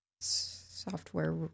Software